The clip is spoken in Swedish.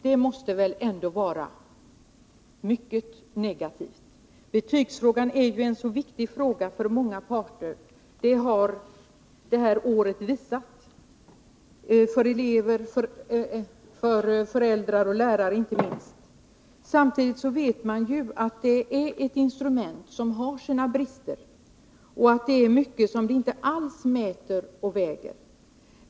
Det måste ändå vara mycket negativt. Betygsfrågan är en viktig fråga för många parter — elever, föräldrar och lärare — det har det här året visat. Samtidigt vet vi att betygen är ett instrument som har sina brister. Och det är mycket som vi inte alls mäter och väger.